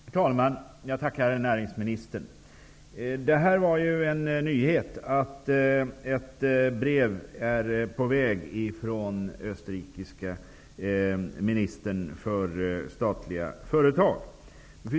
Herr talman! Jag tackar näringsministern för svaret. Det var en nyhet att ett brev är på väg från den österrikiske ministern för statliga företag.